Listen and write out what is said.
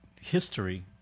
history